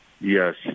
Yes